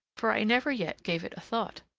for i never yet gave it a thought.